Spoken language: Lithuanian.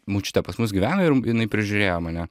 močiutė pas mus gyveno ir jinai prižiūrėjo mane